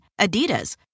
Adidas